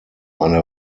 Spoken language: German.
eine